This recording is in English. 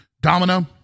domino